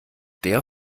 der